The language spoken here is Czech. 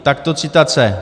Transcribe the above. Takto citace.